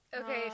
Okay